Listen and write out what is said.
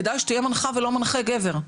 כדאי שתהיה מנחה ולא מנחה גבר.